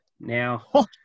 now